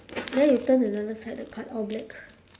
then you turn another side the card all black